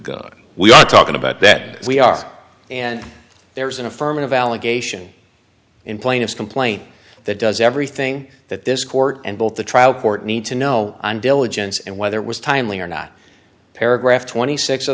god we are talking about that we are and there is an affirmative allegation in plaintiff's complaint that does everything that this court and both the trial court need to know i'm diligence and whether was timely or not paragraph twenty six o